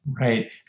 Right